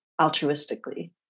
altruistically